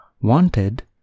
wanted